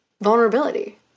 vulnerability